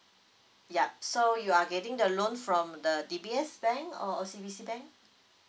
yup so you are getting the loan from the D_B_S bank or O_C_B_C bank